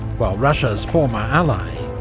whilst russia's former ally,